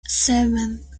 seven